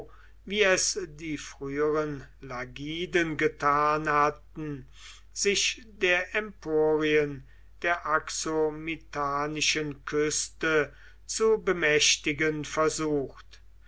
wie es die früheren lagiden getan hatten sich der emporien der axomitanischen küste zu bemächtigen versucht